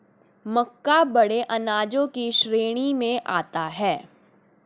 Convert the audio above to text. मक्का बड़े अनाजों की श्रेणी में आता है